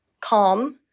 calm